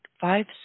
five